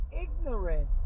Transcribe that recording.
ignorant